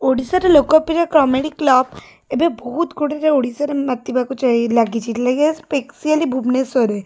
ଓଡ଼ିଶାର ଲୋକପ୍ରିୟ comedy club ଏବେ ବହୁତ କୋଣରେ ଓଡ଼ିଶାରେ ମାତିବାକୁ ଲାଗିଛି ଲାଇକ୍ ଏସ୍ସ୍ପେସିଆଲି ଭୁବନେଶ୍ୱରରେ